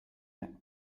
met